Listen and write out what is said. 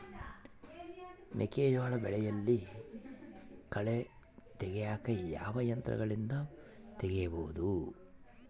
ಮೆಕ್ಕೆಜೋಳ ಬೆಳೆಯಲ್ಲಿ ಕಳೆ ತೆಗಿಯಾಕ ಯಾವ ಯಂತ್ರಗಳಿಂದ ತೆಗಿಬಹುದು?